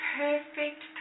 perfect